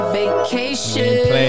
vacation